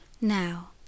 Now